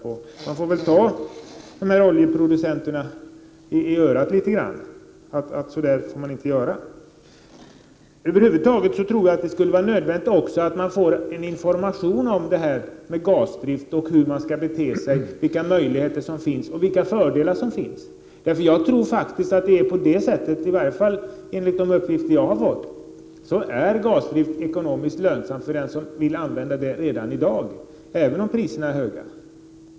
Man får väl så att säga ta oljeproducenterna i örat och tala om att så där får man inte göra. Över huvud taget tror jag att det är nödvändigt med information om Prot. 1988/89:33 gasdrift, om hur man skall bete sig, vilka möjligheter och vilka fördelar som 28 november 1988 finns. Enligt de uppgifter jag har fått är gasdrift ekonomiskt lönsam redani — mj. atodmmiändnino dag, även om priserna är höga.